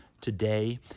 today